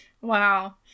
Wow